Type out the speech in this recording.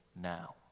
now